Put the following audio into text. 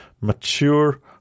mature